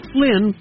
Flynn